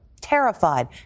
Terrified